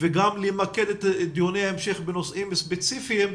וגם במיקודי דיוני ההמשך בנושאים ספציפיים.